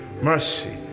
mercy